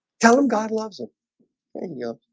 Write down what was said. tell him god loves ah and you